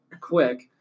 quick